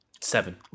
Seven